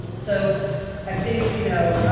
so i think you know,